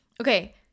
Okay